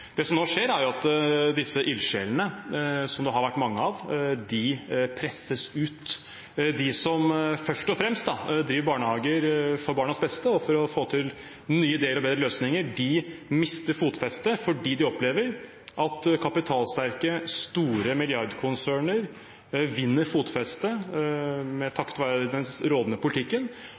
Det som nå skjer, er jo at disse ildsjelene, som det har vært mange av, presses ut. De som først og fremst driver barnehager for barnas beste og for å få til nye ideer og bedre løsninger, mister fotfestet fordi de opplever at kapitalsterke, store milliardkonserner vinner fotfestet, takket være den rådende politikken.